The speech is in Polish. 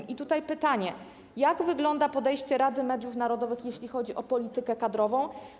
I tutaj pytanie: Jak wygląda podejście Rady Mediów Narodowych, jeśli chodzi o politykę kadrową?